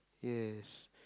yes